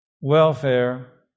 welfare